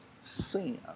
sin